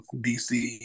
DC